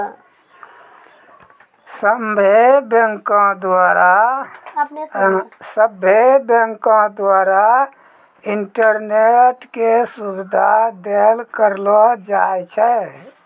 सभ्भे बैंको द्वारा इंटरनेट के सुविधा देल करलो जाय छै